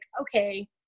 okay